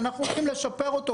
ואנחנו הולכים גם לשפר אותו.